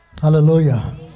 Hallelujah